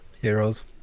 Heroes